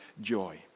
joy